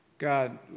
God